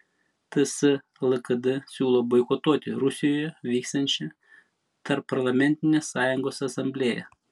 ts lkd siūlo boikotuoti rusijoje vyksiančią tarpparlamentinės sąjungos asamblėją